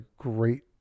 great